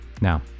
Now